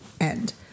end